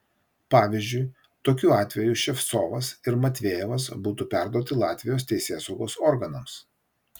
pavyzdžiui tokiu atveju ševcovas ir matvejevas būtų perduoti latvijos teisėsaugos organams